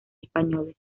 españoles